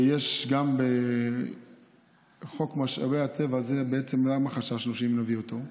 ויש גם בחוק משאבי הטבע, למה חששנו להביא אותו?